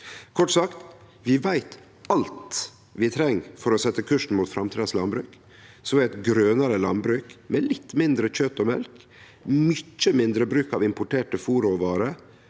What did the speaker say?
Kort sagt: Vi veit alt vi treng for å setje kursen mot framtidas landbruk, som er eit grønare landbruk med litt mindre kjøt og mjølk, mykje mindre bruk av importerte fôrråvarer,